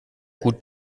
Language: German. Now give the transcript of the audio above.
gut